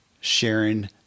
sharing